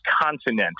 continent